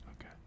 Okay